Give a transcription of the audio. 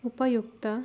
ಉಪಯುಕ್ತ